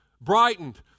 brightened